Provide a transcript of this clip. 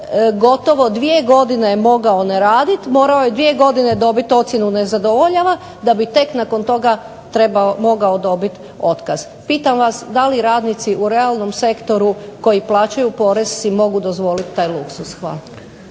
gotovo 2 godine je mogao ne raditi, morao je 2 godine dobiti ocjenu ne zadovoljava da bi tek nakon toga mogao dobiti otkaz. Pitam vas da li radnici u realnom sektoru koji plaćaju porez si mogu dozvoliti taj luksuz? Hvala.